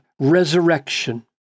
resurrection